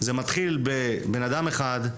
זה מתחיל בבנאדם אחד,